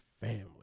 family